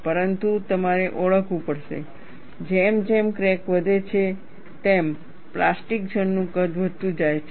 પરંતુ તમારે ઓળખવું પડશે જેમ જેમ ક્રેક વધે છે તેમ પ્લાસ્ટિક ઝોન નું કદ વધતું જાય છે